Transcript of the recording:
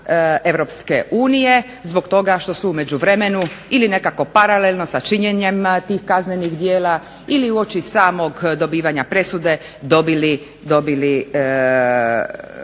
zemljama EU zbog toga što su u međuvremenu ili nekako paralelno sa činjenjem tih kaznenih djela ili uoči samog dobivanja presude dobili